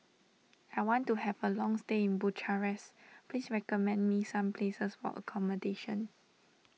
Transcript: I want to have a long stay in Bucharest please recommend me some places accommodation